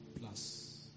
Plus